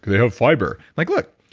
they have fiber. like look,